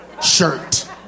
shirt